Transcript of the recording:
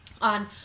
on